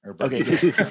okay